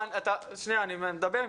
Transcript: אני מדבר.